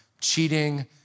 cheating